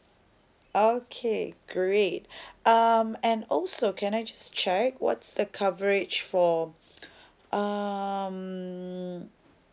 okay great um and also can I just check what's the coverage for um